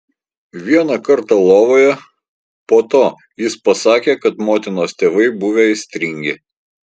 vieną kartą lovoje po to jis pasakė kad motinos tėvai buvę aistringi